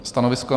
Stanovisko?